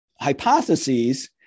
hypotheses